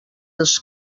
els